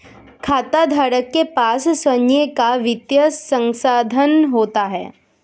खाताधारक के पास स्वंय का वित्तीय संसाधन होता है